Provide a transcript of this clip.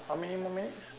how many more minutes